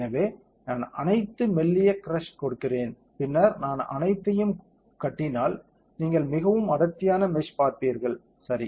எனவே நான் மெல்லிய கிருஷ்ஸ் கொடுக்கிறேன் பின்னர் நான் அனைத்தையும் கட்டினால் நீங்கள் மிகவும் அடர்த்தியான மெஷ் பார்ப்பீர்கள் சரி